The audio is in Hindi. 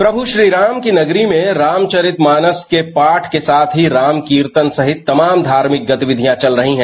प्रभू श्रीराम की नगरी में रामचरितमानस के पाठ के साथ ही राम कीर्तन सहित तमाम धार्भिक गतिविधियां चल रही हैं